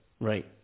right